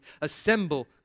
Assemble